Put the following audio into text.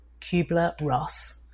Kubler-Ross